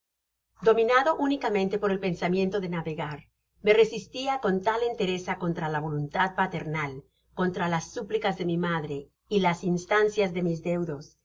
dominado únicamente por el pensamiento de navegar me resistia con tal entereza contra la voluntad paternal contra las súplicas de mi madre y las instancias de mis deudos